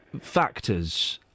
factors